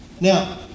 Now